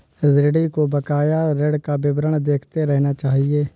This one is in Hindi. ऋणी को बकाया ऋण का विवरण देखते रहना चहिये